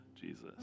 Jesus